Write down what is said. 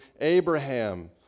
Abraham